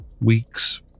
weeks